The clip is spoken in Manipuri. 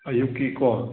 ꯑꯌꯨꯛꯀꯤꯀꯣ